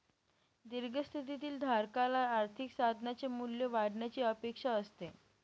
दीर्घ स्थितीतील धारकाला आर्थिक साधनाचे मूल्य वाढण्याची अपेक्षा असते